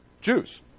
Jews